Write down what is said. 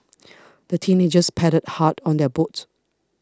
the teenagers paddled hard on their boat